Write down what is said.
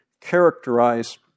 characterize